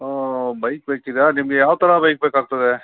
ಹ್ಞೂ ಬೈಕ್ ಬೇಕು ಈಗ ನಿಮ್ಗೆ ಯಾವ ಥರ ಬೈಕ್ ಬೇಕಾಗ್ತದೆ